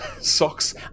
socks